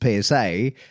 PSA